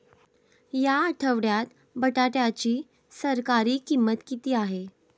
या आठवड्यात बटाट्याची सरासरी किंमत किती आहे?